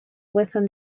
within